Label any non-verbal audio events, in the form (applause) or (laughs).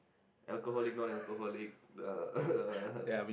alcoholic non alcoholic uh (laughs) uh